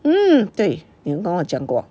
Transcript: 嗯对你有跟我讲过